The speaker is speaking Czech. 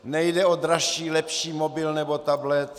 Nejde o dražší, lepší mobil nebo tablet.